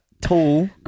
tall